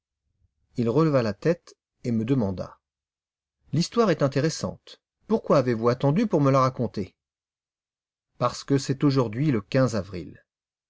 il releva la tête et me demanda l'histoire est intéressante pourquoi avez-vous attendu pour me la raconter parce que c'est aujourd'hui le avril